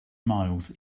miles